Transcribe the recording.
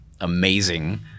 amazing